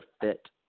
fit